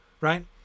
right